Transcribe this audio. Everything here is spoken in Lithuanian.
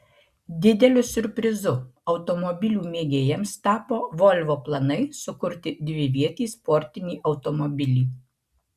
dideliu siurprizu automobilių mėgėjams tapo volvo planai sukurti dvivietį sportinį automobilį